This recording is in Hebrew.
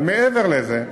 אבל מעבר לזה,